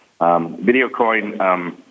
VideoCoin